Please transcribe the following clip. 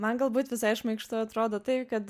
man galbūt visai šmaikštu atrodo tai kad